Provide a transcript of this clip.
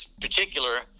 particular